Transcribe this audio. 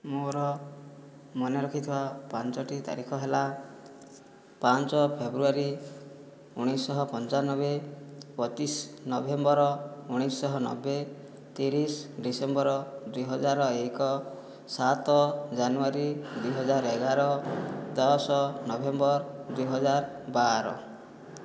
ମୋର ମନେ ରଖିଥିବା ପାଞ୍ଚଟି ତାରିଖ ହେଲା ପାଞ୍ଚ ଫେବୃଆରୀ ଉଣେଇଶଶହ ପଞ୍ଚାନବେ ପଚିଶ ନଭେମ୍ବର ଉଣେଇଶଶହ ନବେ ତିରିଶ ଡିସେମ୍ବର ଦୁଇହଜାର ଏକ ସାତ ଜାନୁଆରୀ ଦୁଇହଜାର ଏଗାର ଦଶ ନଭେମ୍ବର ଦୁଇହଜାର ବାର